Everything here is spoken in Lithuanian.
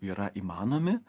yra įmanomi